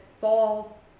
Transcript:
fall